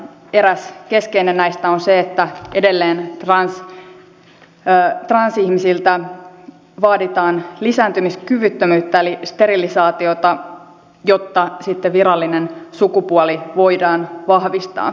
eräs keskeinen näistä on se että edelleen transihmisiltä vaaditaan lisääntymiskyvyttömyyttä eli sterilisaatiota jotta virallinen sukupuoli voidaan vahvistaa